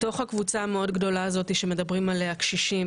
בתוך הקבוצה המאוד גדולה הזאת שמדברים עליה קשישים.